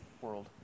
world